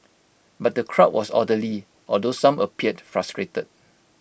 but the crowd was orderly although some appeared frustrated